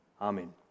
Amen